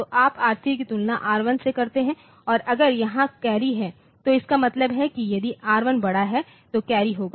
तो आप R3 की तुलना R1 से करते हैं और अगर यहाँ कैरी है तो इसका मतलब है कि यदि R1 बड़ा है तो कैरी होगा